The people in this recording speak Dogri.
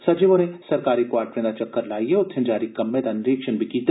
सचिव होरें सरकारी क्वार्टरें दा चक्कर लाइयै उत्थे जारी कम्में दा निरीक्षण बी कीता